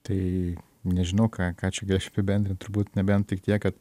tai nežinau ką ką čia giešiau apibendrint turbūt nebent tik tiek kad